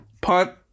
punt